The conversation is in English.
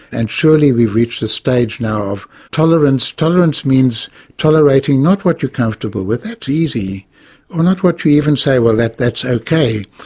and surely we've reached the stage now of tolerance. tolerance means tolerating not what you're comfortable with, that's easy or not what you even say well that's ok,